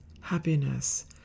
happiness